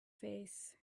face